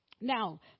Now